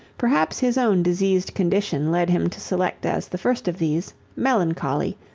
perhaps his own diseased condition led him to select as the first of these melancholy,